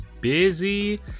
busy